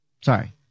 Sorry